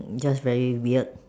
just very weird